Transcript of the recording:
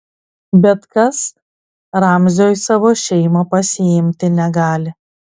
bet kas ramzio į savo šeimą pasiimti negali